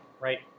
right